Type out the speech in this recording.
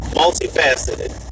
multifaceted